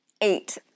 Eight